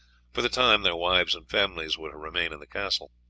for the time their wives and families were to remain in the castle.